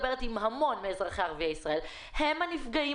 אני מדברת עם המון מאזרחי ערביי ישראל והם הנפגעים